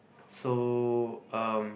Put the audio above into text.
so um